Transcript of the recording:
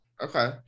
Okay